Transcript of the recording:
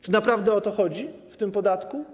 Czy naprawdę o to chodzi w tym podatku?